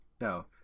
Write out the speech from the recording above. No